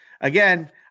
again